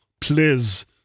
please